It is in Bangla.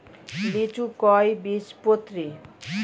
লিচু কয় বীজপত্রী?